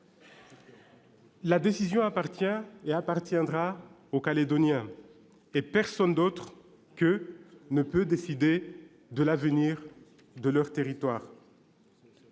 La décision appartient et appartiendra aux Calédoniens, et personne d'autre ne peut décider de l'avenir de leur territoire.